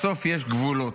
בסוף יש גבולות.